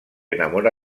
enamora